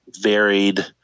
varied